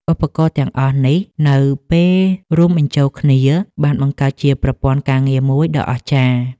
ឧបករណ៍ទាំងអស់នេះនៅពេលរួមបញ្ចូលគ្នា បានបង្កើតជាប្រព័ន្ធការងារមួយដ៏អស្ចារ្យ។